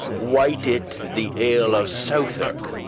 wite it the ale of southwark,